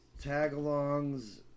Tagalongs